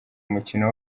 umukino